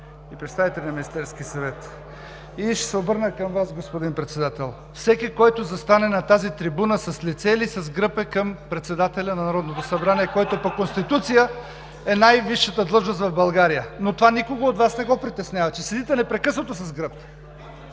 представител се обръща с лице към Председателя.) Всеки, който застане на тази трибуна, с лице или с гръб е към Председателя на Народното събрание, който по Конституция е най-висшата длъжност в България, но това никого от Вас не притеснява, че седите непрекъснато с гръб.